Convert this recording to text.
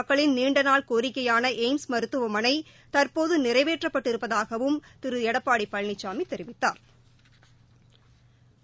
மக்களின் நீண்டநாள் கோரிக்கையான எய்ம்ஸ் மதுரை மருத்துவமனை தற்போது நிறைவேற்றப்பட்டிருப்பதாகவும் திரு எடப்பாடி பழனிசாமி தெரிவித்தாா்